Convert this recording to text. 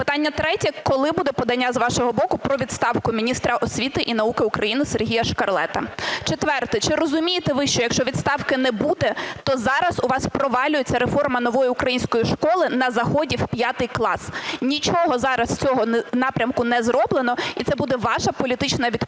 Питання третє. Коли буде подання з вашого боку про відставку міністра освіти і науки України Сергія Шкарлета? Четверте. Чи розумієте ви, що якщо відставки не буде, то зараз у вас провалюється реформа "Нової української школи" на заході в п'ятий клас? Нічого зараз з цього напрямку не зроблено, і це буде ваша політична відповідальність